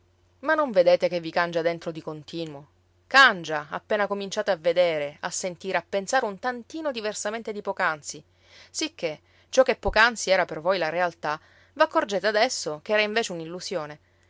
ma non vedete che vi cangia dentro di continuo cangia appena cominciate a vedere a sentire a pensare un tantino diversamente di poc'anzi sicché ciò che poc'anzi era per voi la realtà v'accorgete adesso ch'era invece